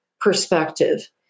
perspective